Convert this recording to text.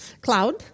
cloud